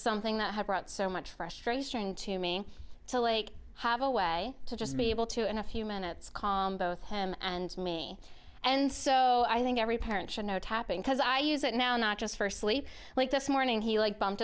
something that had brought so much pressure a string to me to like have a way to just be able to in a few minutes calm both him and me and so i think every parent should know tapping because i use it now not just for sleep like this morning he like